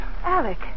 Alec